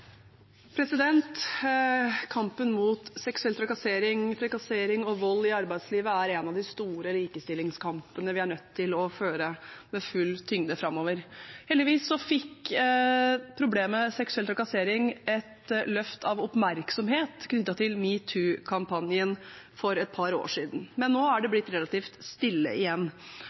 en av de store likestillingskampene vi er nødt til å føre med full tyngde framover. Heldigvis fikk problemet seksuell trakassering et løft av oppmerksomhet knyttet til metoo-kampanjen for et par år siden, men nå er det blitt relativt stille igjen.